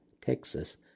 Texas